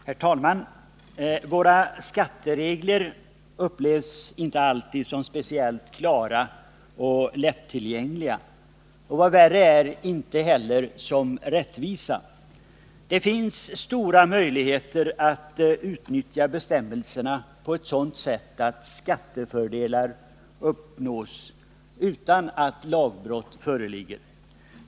Herr talman! Våra skatteregler upplevs inte alltid som speciellt klara och lättillgängliga och — vad värre är — inte heller som rättvisa. Det finns stora möjligheter att utnyttja bestämmelserna på ett sådant sätt att skattefördelar uppnås utan att lagbrott föreligger.